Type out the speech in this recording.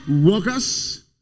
workers